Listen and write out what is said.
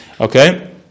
Okay